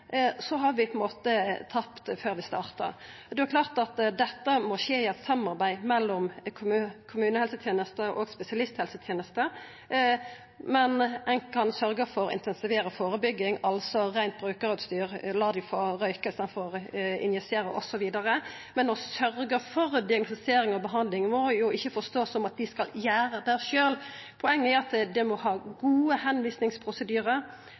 har vi på ein måte tapt før vi får starta. Det er klart at dette må skje i eit samarbeid mellom kommunehelseteneste og spesialisthelseteneste, men ein kan sørgja for å intensivera førebygging, altså reint brukarutstyr, la dei få røykja i staden for å injisera, osv. Men det å sørgja for diagnostisering og behandling no, er ikkje å forstå slik at dei skal gjera det sjølve. Poenget er at ein må ha